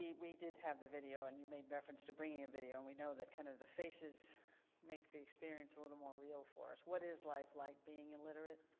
we did have the video and you made reference to bringing a video and we know that kind of the faces make the experience a little more real for us. what is life like being illiterate?